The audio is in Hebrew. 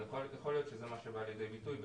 אז יכול להיות שזה מה שבא לידי ביטוי.